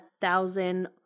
thousand